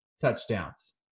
touchdowns